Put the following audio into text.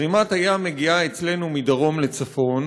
זרימת הים מגיעה אצלנו מדרום לצפון,